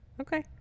okay